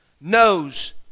knows